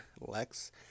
Lex